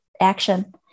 action